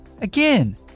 Again